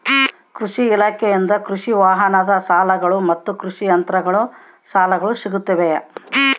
ಕೃಷಿ ಇಲಾಖೆಯಿಂದ ಕೃಷಿ ವಾಹನ ಸಾಲಗಳು ಮತ್ತು ಕೃಷಿ ಯಂತ್ರಗಳ ಸಾಲಗಳು ಸಿಗುತ್ತವೆಯೆ?